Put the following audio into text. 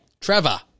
trevor